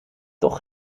toch